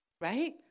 right